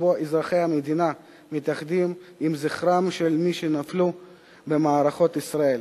שבו אזרחי המדינה מתייחדים עם זכרם של מי שנפלו במערכות ישראל.